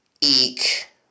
eek